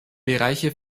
bereiche